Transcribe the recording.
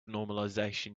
normalization